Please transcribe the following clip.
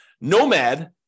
Nomad